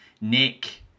Nick